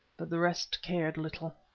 but the rest cared little.